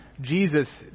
Jesus